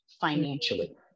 financially